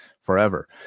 forever